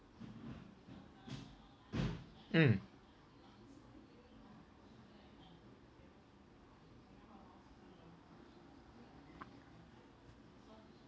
mm